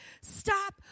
stop